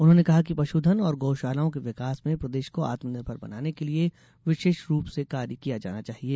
उन्होंने कहा कि पशुधन और गो शालाओं के विकास में प्रदेश को आत्म निर्भेर बनाने के लिये विशेष रूप से कार्य किया जाना चाहिए